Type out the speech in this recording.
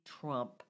Trump